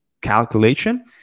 calculation